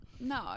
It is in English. no